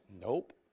Nope